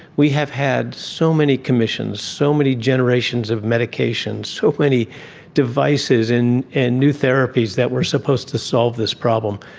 we have had so many commissions, so many generations of medications, so many devices and and new therapies that were supposed to solve this problem.